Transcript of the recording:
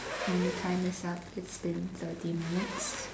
when the time is up it's been thirty minutes